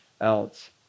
else